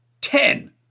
ten